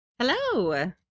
Hello